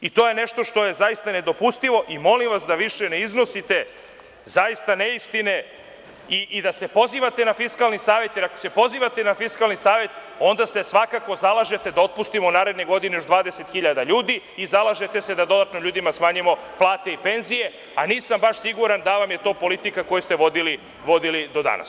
I to je nešto što je zaista nedopustivo i molim vas da više ne iznosite zaista istine i da se pozivate na Fiskalni savet, jer ako se pozivate na Fiskalni savet, onda se svakako zalažete da otpustimo naredne godine još 20 hiljada ljudi i zalažete se da dodatno ljudima smanjimo plate i penzije, a nisam baš siguran da vam je to politika koju ste vodili do danas.